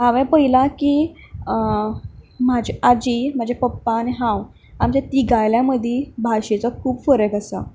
हांवें पयलां की म्हाजी आजी म्हाजे पप्पा आनी हांव आमच्या तिगांयल्या मदीं भाशेचो खूब फरक आसा